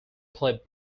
play